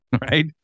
right